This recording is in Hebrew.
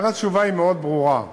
כאן התשובה היא מאוד ברורה.